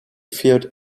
feared